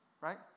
right